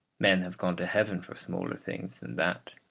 men have gone to heaven for smaller things than that.